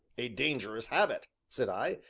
a dangerous habit, said i,